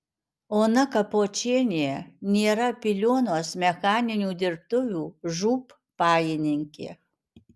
ona kapočienė nėra piliuonos mechaninių dirbtuvių žūb pajininkė